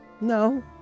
no